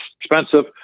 expensive